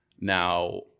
Now